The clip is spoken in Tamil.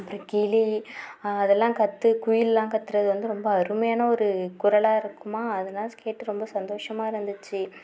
அப்புறம் கிளி அதுலாம் கத்து குயிலாம் கத்துகிறது வந்து ரொம்ப அருமையான ஒரு குரலாக இருக்குமா அதுலாம் கேட்டு ரொம்ப சந்தோஷமாக இருந்துச்சு